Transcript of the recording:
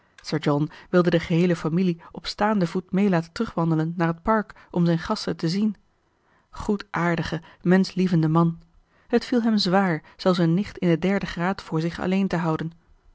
john wilde de geheele familie op staanden voet mee laten terugwandelen naar het park om zijn gasten te zien goedaardige menschlievende man het viel hem zwaar zelfs een nicht in den derden graad voor zich alleen te houden